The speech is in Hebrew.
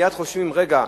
מייד חושבים: רגע,